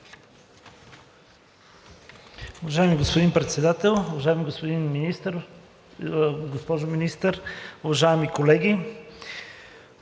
Уважаеми господин Председател, уважаема госпожо Министър, уважаеми дами